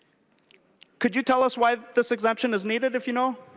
could you tell us why this exemption is needed if you know?